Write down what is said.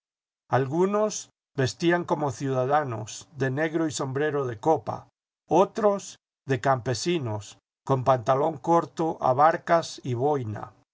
algunos vestían como ciudadanos de negro y sombrero de copa otros de campesinos con pantalón corto abarcas y boina